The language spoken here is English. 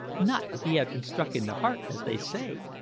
not if he had been struck in the heart, as they say.